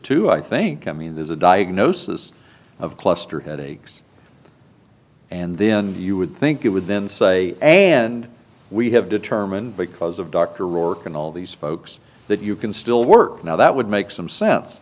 too i think i mean there's a diagnosis of cluster headaches and then you would think you would then say and we have determined because of dr rourke and all these folks that you can still work now that would make some sense